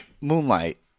Moonlight